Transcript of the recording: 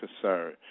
concern